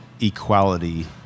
equality